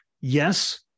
yes